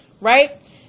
right